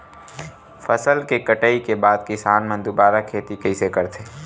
फसल के कटाई के बाद किसान मन दुबारा खेती कइसे करथे?